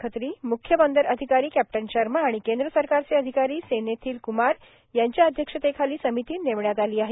खत्री म्ख्य बंदर अधिकारी कॅप्टन शर्मा आणि केंद्र सरकारचे अधिकारी सेनेथील क्मार यांच्या अध्यक्षतेखाली समिती नेमण्यात आली आहे